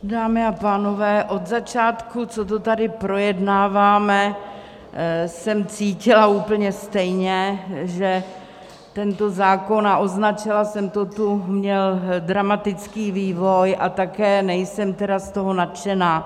Dámy a pánové, od začátku, co to tady projednáváme, jsem cítila úplně stejně, že tento zákon, a označila jsem to tu, měl dramatický vývoj a také z toho nejsem nadšená.